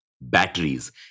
Batteries